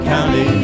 County